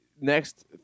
next